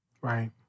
Right